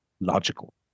logical